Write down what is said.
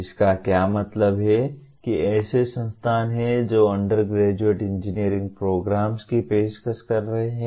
इसका क्या मतलब है कि ऐसे संस्थान हैं जो अंडरग्रेजुएट इंजीनियरिंग प्रोग्राम्स की पेशकश कर रहे हैं